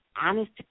honest